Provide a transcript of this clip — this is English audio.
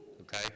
Okay